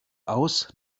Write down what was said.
aus